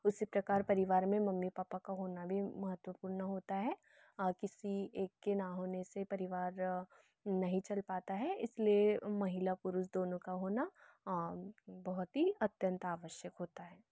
उसी प्रकार परिवार मे मम्मी पापा का होना भी महत्वपूर्ण होता है किसी एक के न होने से परिवार नहीं चल पता है इसलिए महिला पुरुष दोनों का होना बहुत ही अत्यंत आवश्यक होता है